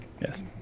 Yes